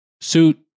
suit